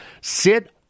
Sit